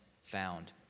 found